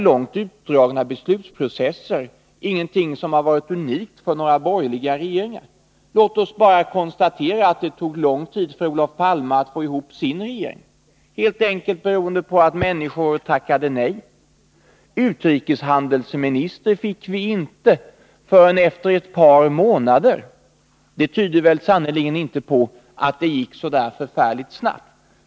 Långt utdragna beslutsprocesser är inte någonting som har varit unikt för borgerliga regeringar. Låt oss bara konstatera att det tog lång tid för Olof Palme att få ihop sin regering, bl.a. beroende på att människor tackade nej. Utrikeshandelsminister fick vi inte förrän efter ett par månader. Det tyder inte på att det gick så där förfärligt snabbt.